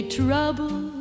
trouble